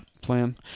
plan